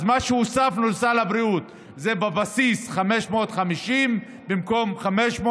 אז מה שהוספנו לסל הבריאות זה בבסיס 550 במקום 500,